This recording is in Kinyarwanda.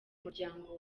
umuryango